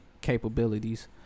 capabilities